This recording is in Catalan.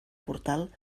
portal